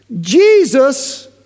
Jesus